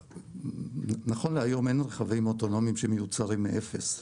נכון להיום, אין רכבים אוטונומיים שמיוצרים מאפס.